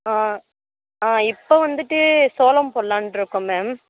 ஆ இப்போ வந்துட்டு சோளம் போடலான்ட்ருக்கோம் மேம்